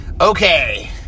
Okay